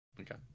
Okay